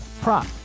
prop